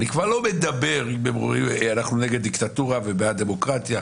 ואני כבר לא מדבר על "אנחנו נגד דיקטטורה ובעד דמוקרטיה".